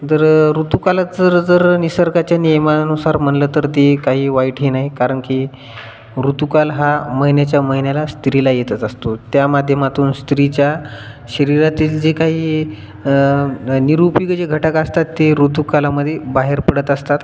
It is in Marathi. जर ऋतूकालाचं जर निसर्गाच्या नियमानुसार म्हणलं तर ते काही वाईटही नाही कारण की ऋतूकाल हा महिन्याच्या महिन्याला स्त्रीला येतच असतो त्या माध्यमातून स्त्रीच्या शरीरातील जे काही निरूपयोगी जे घटक असतात ते ऋतूकालामध्ये बाहेर पडत असतात